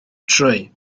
trwy